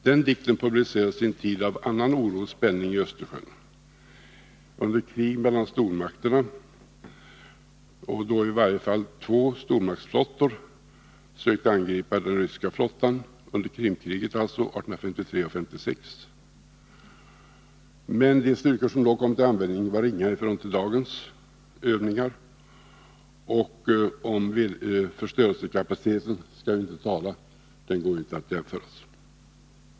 Denna dikt publicerades i en tid av annan oro och sj under ett krig mellan stormakter då i varje fall två stormakters flottor sökte angripa den ryska flottan. alltså under Krimkriget 1853-1856. Men de styrkor som då kom till användning var ringa i förhållande till dagens, och om förstörelsekapaciteten skall vi inte tala — den går inte att jämföra.